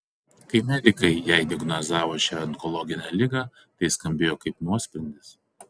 kai medikai jai diagnozavo šią onkologinę ligą tai skambėjo kaip nuosprendis